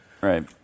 right